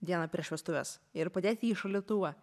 dieną prieš vestuves ir padėt jį į šaldytuvą